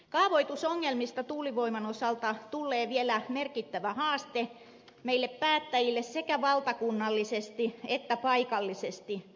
kaavoitusongelmista tuulivoiman osalta tullee vielä merkittävä haaste meille päättäjille sekä valtakunnallisesti että paikallisesti